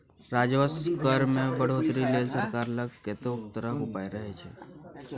राजस्व कर मे बढ़ौतरी लेल सरकार लग कतेको तरहक उपाय रहय छै